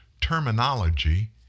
Terminology